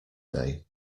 day